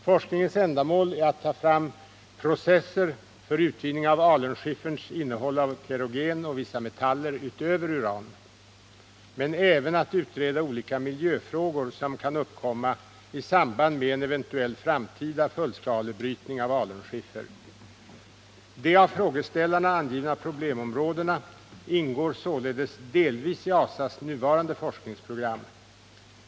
Forskningens ändamål är att ta fram processer för utvinning av alunskifferns innehåll av kerogen och vissa metaller utöver uran, men även att utreda olika miljöfrågor som kan uppkomma i samband med en eventuell framtida fullskalebrytning av alunskiffer. De av frågeställarna angivna problemområdena ingår således delvis i ASA:s nuvarande forskningsprogram.